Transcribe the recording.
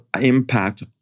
impact